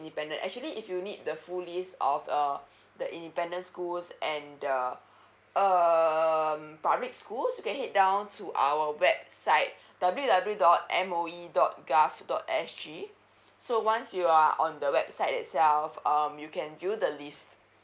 independent actually if you need the full list of err the independent schools and uh um public schools you can head down to our website W W dot M O E dot G O V dot S G so once you are on the website itself um you can view the list